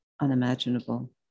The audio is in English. unimaginable